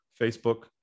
Facebook